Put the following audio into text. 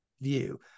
view